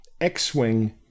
X-Wing